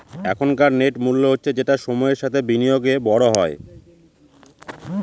এখনকার নেট মূল্য হচ্ছে যেটা সময়ের সাথে বিনিয়োগে বড় হয়